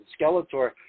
Skeletor